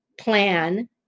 plan